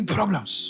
Problems